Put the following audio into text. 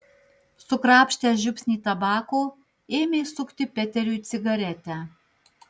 sukrapštęs žiupsnį tabako ėmė sukti peteriui cigaretę